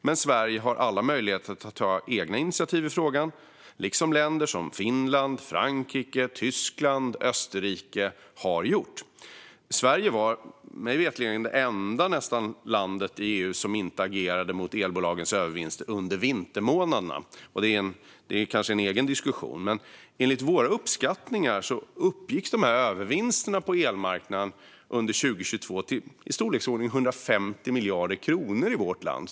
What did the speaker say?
Men Sverige har alla möjligheter att ta egna initiativ i frågan, vilket länder som Finland, Frankrike, Tyskland och Österrike har gjort. Sverige var mig veterligen nästan det enda land i EU som inte agerade mot elbolagens övervinster under vintermånaderna, men det är kanske en egen diskussion. Enligt våra uppskattningar uppgick övervinsterna på elmarknaden under 2022 till i storleksordningen 150 miljarder kronor i vårt land.